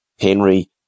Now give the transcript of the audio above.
Henry